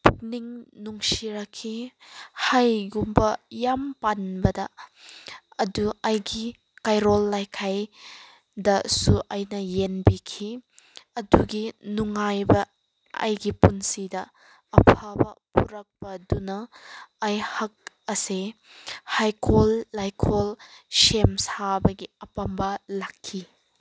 ꯄꯨꯛꯅꯤꯡ ꯅꯨꯡꯁꯤꯔꯛꯈꯤ ꯍꯩꯒꯨꯝꯕ ꯌꯥꯝ ꯄꯥꯟꯕꯗ ꯑꯗꯨ ꯑꯩꯒꯤ ꯀꯩꯔꯣꯜ ꯂꯩꯀꯥꯏ ꯗꯁꯨ ꯑꯩꯅ ꯌꯦꯟꯕꯤꯈꯤ ꯑꯗꯨꯒꯤ ꯅꯨꯡꯉꯥꯏꯕ ꯑꯩꯒꯤ ꯄꯨꯟꯁꯤꯗ ꯑꯐꯕ ꯄꯨꯔꯛꯄ ꯑꯗꯨꯅ ꯑꯩꯍꯥꯛ ꯑꯁꯤ ꯍꯩꯀꯣꯜ ꯂꯩꯀꯣꯜ ꯁꯦꯝ ꯁꯥꯕꯒꯤ ꯑꯄꯥꯝꯕ ꯂꯥꯛꯈꯤ